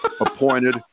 appointed